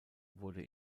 wurde